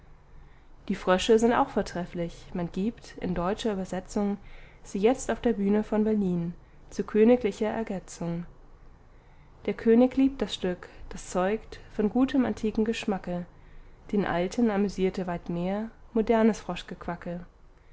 die frösche sind auch vortrefflich man gibt in deutscher übersetzung sie jetzt auf der bühne von berlin zu königlicher ergetzung der könig liebt das stück das zeugt von gutem antiken geschmacke den alten amüsierte weit mehr modernes